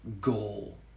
goal